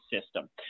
system